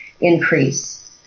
increase